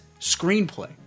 Screenplay